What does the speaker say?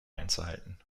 einzuhalten